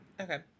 Okay